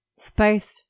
Spiced